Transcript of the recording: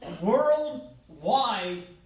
Worldwide